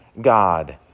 God